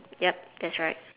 yup that's right